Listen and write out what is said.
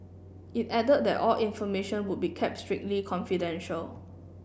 it added that all information would be kept strictly confidential